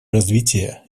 развития